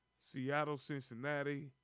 Seattle-Cincinnati